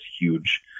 huge